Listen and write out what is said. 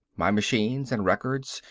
my machines and records,